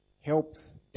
helps